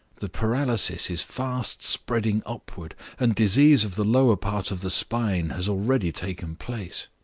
the paralysis is fast spreading upward, and disease of the lower part of the spine has already taken place.